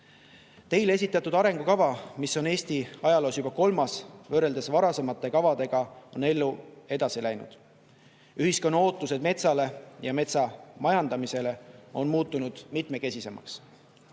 esitatud arengukava, mis on Eesti ajaloos juba kolmas, on võrreldes varasemate kavadega elus edasi läinud. Ühiskonna ootused metsale ja metsa majandamisele on muutunud mitmekesisemaks.